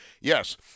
yes